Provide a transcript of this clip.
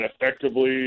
effectively